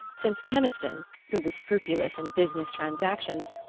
since keniston, who was scrupulous in business transactions,